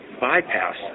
bypass